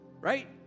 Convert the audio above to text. right